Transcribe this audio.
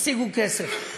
תשיגו כסף.